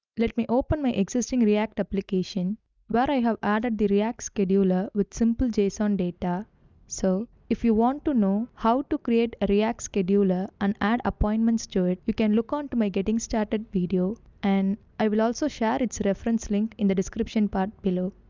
let me open my existing react application where but i have added the react scheduler with simple. json data so if you want to know how to create a react scheduler and add appointments to it, you can look on to my getting started video and i will also share its so reference link in the description part below.